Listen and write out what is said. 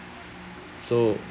so